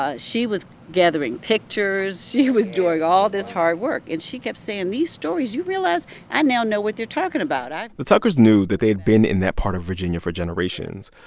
ah she was gathering pictures. she was doing all this hard work, and she kept saying, these stories you realize i now know what they're talking about the tuckers knew that they had been in that part of virginia for generations,